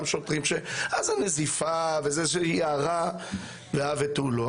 אז זה נזיפה וזו הערה ותו לא.